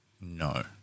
No